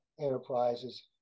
enterprises